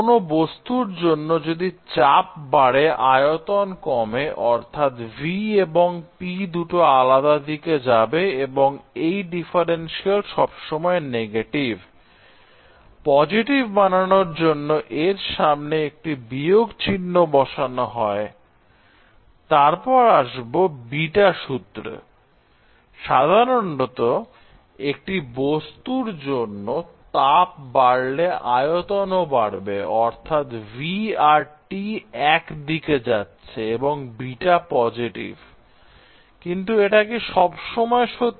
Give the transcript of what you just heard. কোন বস্তুর জন্য যদি চাপ বাড়ে আয়তন কমে অর্থাৎ v এবং P দুটো আলাদা দিকে যাবে এবং এই ডিফারেনশিয়াল সবসময় নেগেটিভ I পজিটিভ বানানোর জন্য এর সামনে একটি বিয়োগ চিহ্ন বসানো হয় Iতারপর আসবে β সূত্র সাধারণত একটি বস্তুর জন্য তাপ বাড়লে আয়তন ও বাড়বে অর্থাৎ v আর T এক দিকে যাচ্ছে এবং β পজিটিভ I কিন্তু এটা কি সব সময় সত্যি